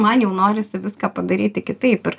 man jau norisi viską padaryti kitaip ir